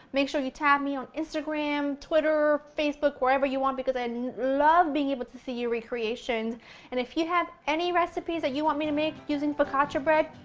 make sure you tag me on instagram, twitter, facebook, wherever you want because i love being able to see your recreations and if you have any recipes ah you want me to make using focaccia bread,